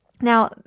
Now